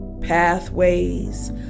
pathways